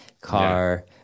car